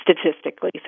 statistically